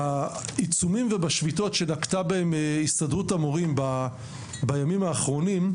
בעיצומים ובשביתות שנקטה בהם הסתדרות המורים בימים האחרונים,